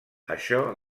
això